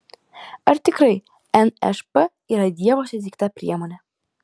ar tikrai nšp yra dievo suteikta priemonė